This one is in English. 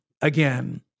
again